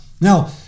Now